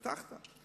הבטחת.